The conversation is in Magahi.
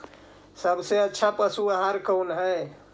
सबसे अच्छा पशु आहार कौन है?